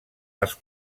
els